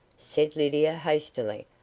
said lydia hastily.